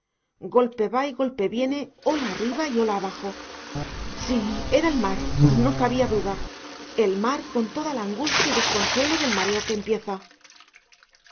golpe va y golpe viene ola arriba y ola abajo sí era el mar no cabía duda el mar con toda la angustia y desconsuelo del mareo que empieza